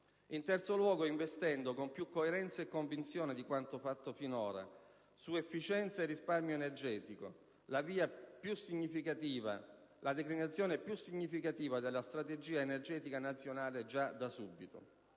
in terzo luogo investendo con più coerenza e convinzione di quanto fatto finora su efficienza e risparmio energetico, la declinazione più significativa già da subito della strategia energetica nazionale. Fa specie